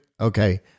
Okay